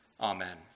Amen